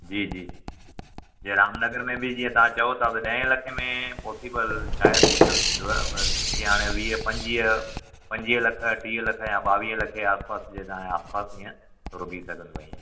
जी जी जे रामनगर में बि जीअं तव्हां चओ था ॾह लखे में पॉसिबल शायदि ॾुखियो थींदव पर जीअं हाणे वीह पंजुवीह पंजुवीह लख टीह लख या बावीह लख आसिपासि जे तव्हांजे आसिपासि हीअं थोरो बिह सघंदव हीअं